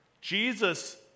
Jesus